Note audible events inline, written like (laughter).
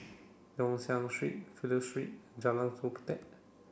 Yong Siak Street Fidelio Street and Jalan (unintelligible)